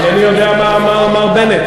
אינני יודע מה אמר בנט.